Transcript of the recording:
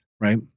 right